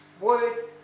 word